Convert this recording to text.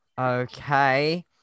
Okay